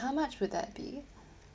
how much would that be